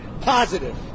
positive